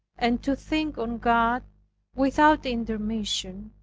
and to think on god without intermission,